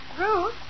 Ruth